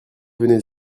venez